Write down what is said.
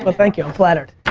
but thank you. i'm flattered.